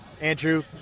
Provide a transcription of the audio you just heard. Andrew